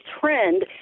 trend